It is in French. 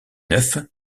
neufs